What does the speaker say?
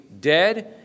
dead